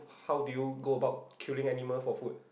how do you go about killing animals for food